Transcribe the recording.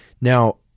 Now